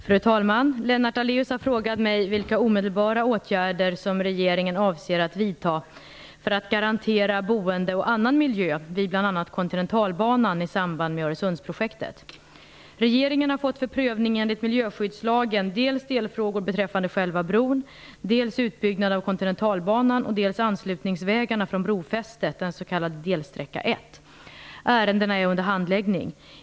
Fru talman! Lennart Daléus har frågat mig vilka omedelbara åtgärder som regeringen avser att vidta för att garantera boendemiljö och annan miljö vid bl.a. Kontinentalbanan i samband med Öresundsprojektet. Regeringen har fått för prövning enligt miljöskyddslagen dels delfrågor beträffande själva bron, dels utbyggnad av Kontinentalbanan, dels anslutningsvägarna från brofästet, den s.k. delsträcka 1. Ärendena är under handläggning.